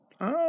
Oh